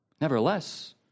Nevertheless